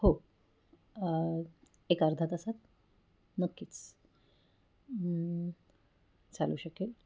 हो एक अर्धा तासात नक्कीच चालू शकेल